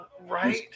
Right